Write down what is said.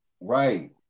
Right